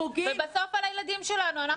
ובסוף על הילדים שלנו,